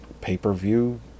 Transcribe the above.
pay-per-view